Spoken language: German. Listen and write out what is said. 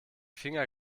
finger